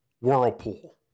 Whirlpool